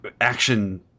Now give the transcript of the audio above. action